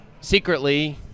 secretly